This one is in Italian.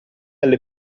alle